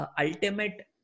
ultimate